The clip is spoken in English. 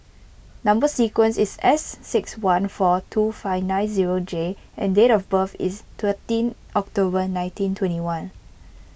Number Sequence is S six one four two five nine zero J and date of birth is thirteen October nineteen twenty one